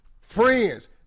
friends